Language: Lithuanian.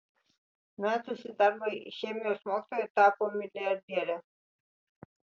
metusi darbą chemijos mokytoja tapo milijardiere